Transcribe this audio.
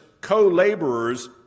co-laborers